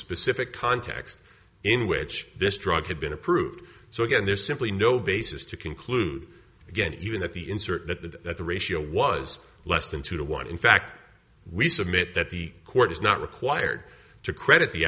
specific context in which this drug had been approved so again there's simply no basis to conclude again even at the insert that the ratio was less than two to one in fact we submit that the court is not required to credit the